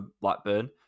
Blackburn